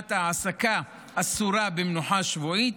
דוגמת העסקה אסורה במנוחה שבועית,